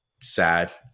sad